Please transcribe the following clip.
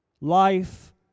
Life